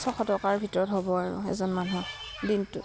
ছশ টকাৰ ভিতৰত হ'ব আৰু এজন মানুহৰ দিনটোত